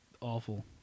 awful